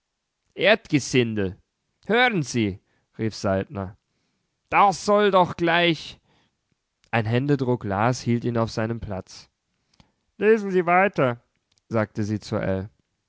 erdgesindel erdgesindel hören sie rief saltner da soll doch gleich ein händedruck las hielt ihn auf seinem platz lesen sie weiter sagte sie zu